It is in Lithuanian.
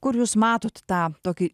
kur jūs matot tą tokį